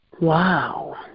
Wow